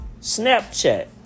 Snapchat